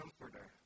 comforter